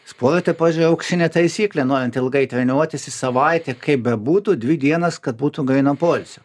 sporte pavyzdžiui auksinė taisyklė norint ilgai treniruotis į savaitę kaip bebūtų dvi dienas kad būtų gryno poilsio